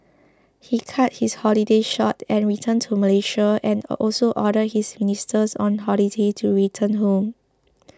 he cut his holiday short and returned to Malaysia and also ordered his ministers on holiday to return home